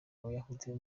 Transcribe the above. abayahudi